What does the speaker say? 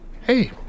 Hey